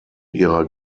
ihrer